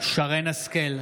שרן מרים השכל,